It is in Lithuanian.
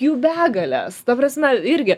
jų begalės ta prasme irgi